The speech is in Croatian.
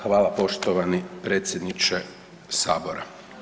Hvala poštovani predsjedniče sabora.